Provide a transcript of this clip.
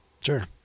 sure